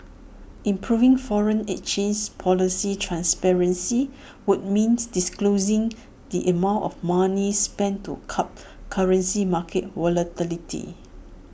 improving foreign exchange policy transparency would means disclosing the amount of money spent to curb currency market volatility